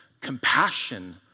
compassion